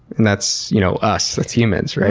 and that's you know us, that's humans.